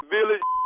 Village